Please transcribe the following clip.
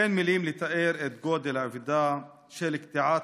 אין מילים לתאר את גודל האבדה של קטיעת